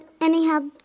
anyhow